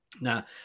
Now